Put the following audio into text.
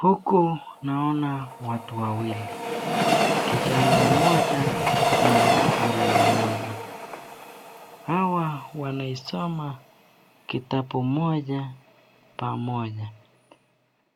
Huku naona watu wawili, kijana mmoja na mrembo mmoja. Hawa wanaisoma kitabu moja pamoja